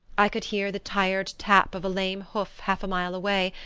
i could hear the tired tap of a lame hoof half a mile away,